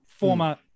Former